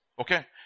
Okay